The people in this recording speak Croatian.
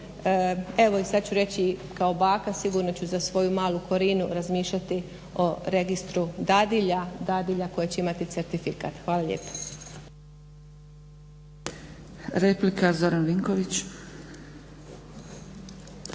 Evo i sad ću reći kao baka, sigurno ću za svoju malu Korinu razmišljati o registru dadilja, dadilja koja će imati certifikat. Hvala lijepa.